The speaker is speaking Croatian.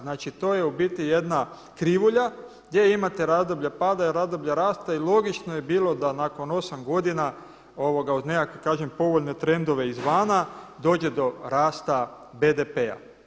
Znači to je u biti jedna krivulja gdje imate razdoblja pada i razdoblja rasta i logično je bilo da nakon 8 godina od nekakvih kažete povoljnih trendova izvana dođe do rasta BDP-a.